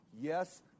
Yes